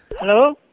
Hello